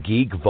Geek